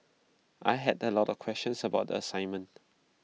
I had A lot of questions about the assignment